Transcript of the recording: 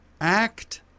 Act